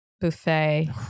Buffet